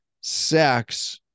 sex